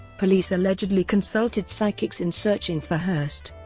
police allegedly consulted psychics in searching for hearst.